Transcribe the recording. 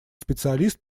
специалист